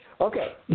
Okay